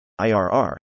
IRR